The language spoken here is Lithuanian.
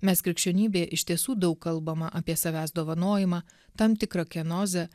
nes krikščionybėje iš tiesų daug kalbama apie savęs dovanojimą tam tikrą kenozę